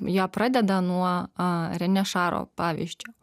ja pradeda nuo a renešaro pavyzdžio